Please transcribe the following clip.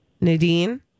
Nadine